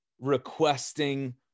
requesting